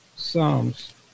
Psalms